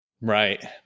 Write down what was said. Right